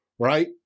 Right